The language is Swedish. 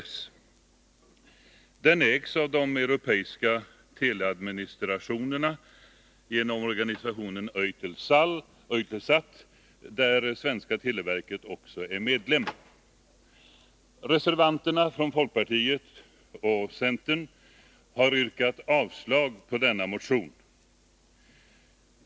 Satelliten ägs av de europeiska teleadministrationerna genom organisationen EUTELSAT, där svenska televerket också är medlem. Reservanterna från folkpartiet och centern har yrkat avslag på motion 1312.